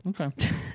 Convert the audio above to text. Okay